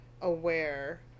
aware